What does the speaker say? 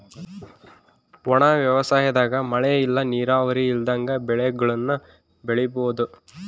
ಒಣ ವ್ಯವಸಾಯದಾಗ ಮಳೆ ಇಲ್ಲ ನೀರಾವರಿ ಇಲ್ದಂಗ ಬೆಳೆಗುಳ್ನ ಬೆಳಿಬೋಒದು